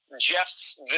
Jeff's